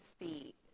see